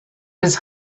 his